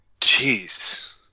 Jeez